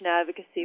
advocacy